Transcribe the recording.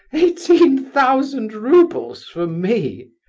eighteen thousand roubles, for me?